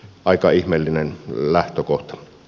aika ihmeellinen lähtökohta